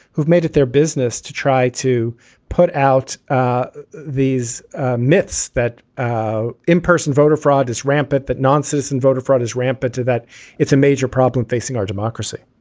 who've made it their business to try to put out ah these myths that ah in-person voter fraud is rampant, that nonsense and voter fraud is rampant, too, that it's a major problem facing our democracy